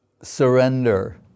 surrender